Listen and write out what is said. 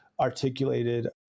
articulated